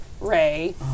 Ray